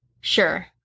Sure